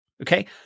okay